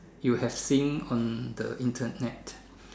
you have seen on the Internet